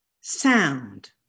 sound